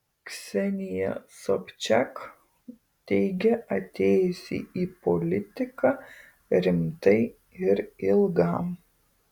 ksenija sobčiak teigia atėjusi į politiką rimtai ir ilgam